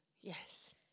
Yes